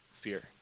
Fear